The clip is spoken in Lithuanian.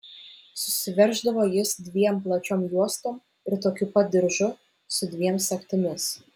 susiverždavo jis dviem plačiom juostom ir tokiu pat diržu su dviem sagtimis